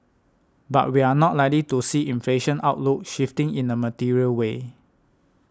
but we are not likely to see inflation outlook shifting in a material way